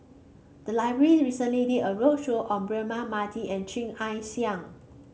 the library recently did a roadshow on Braema Mathi and Chia Ann Siang